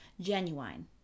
genuine